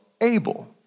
Abel